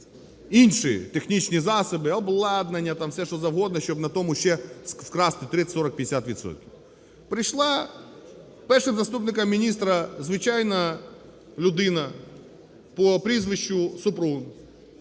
інші технічні засоби, обладнання, там все що завгодно, щоб на тому ще вкрасти 30,40,50 відсотків. Прийшла першим заступником міністра звичайна людина по прізвищу Супрун,